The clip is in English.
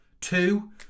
Two